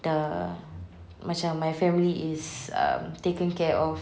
dah macam my family is taking care of